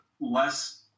less